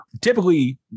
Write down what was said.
typically